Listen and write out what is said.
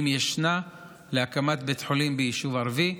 אם ישנה, להקמת בית חולים ביישוב ערבי.